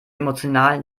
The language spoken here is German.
emotional